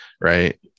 right